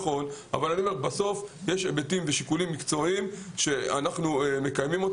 אבל בסוף יש היבטים ושיקולים מקצועיים שאנחנו מקיימים.